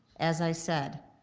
as i said,